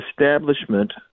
establishment